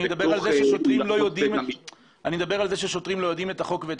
אני מדבר על כך ששוטרים לא יודעים את החוק ואת